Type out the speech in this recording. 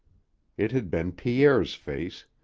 it had been pierre's face,